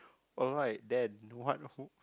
alright then what wh~